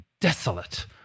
desolate